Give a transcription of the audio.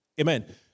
Amen